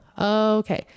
Okay